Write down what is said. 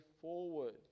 forward